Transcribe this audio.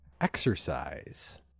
exercise